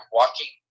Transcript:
walking